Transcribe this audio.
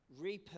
repurpose